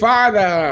Father